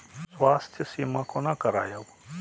स्वास्थ्य सीमा कोना करायब?